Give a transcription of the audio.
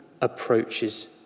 approaches